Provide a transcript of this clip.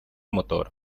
motor